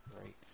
Great